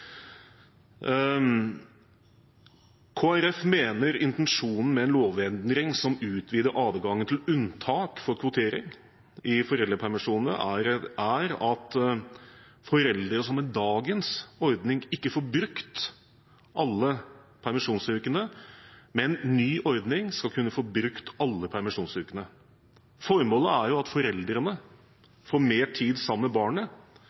mener at intensjonen med en lovendring som utvider adgangen til unntak for kvotering i foreldrepermisjonene, er at foreldre som med dagens ordning ikke får brukt alle permisjonsukene, med en ny ordning skal kunne få brukt alle permisjonsukene. Formålet er jo at foreldrene får mer tid sammen med barnet,